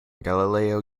galileo